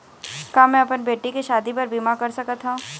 का मैं अपन बेटी के शादी बर बीमा कर सकत हव?